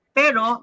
pero